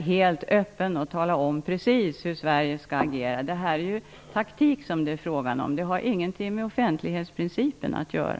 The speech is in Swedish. helt öppen och tala om exakt hur Sverige skall agera. Det är ju fråga om taktik. Det har ingenting med offentlighetsprincipen att göra.